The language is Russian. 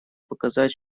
показать